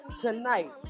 tonight